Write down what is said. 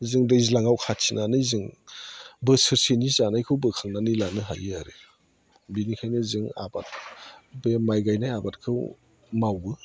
जों दैज्लाङाव खाथिनानै जों बोसोरसेनि जानायखौ बोखांनानै लानो हायो आरो बिनिखायनो जोङो आबाद बे माइ गायनाय आबादखौ मावो